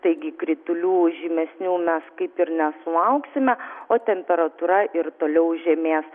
taigi kritulių žymesnių mes kaip ir nesulauksime o temperatūra ir toliau žemės